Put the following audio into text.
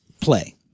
play